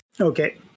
okay